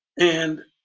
and